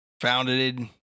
founded